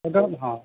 अगर हाँ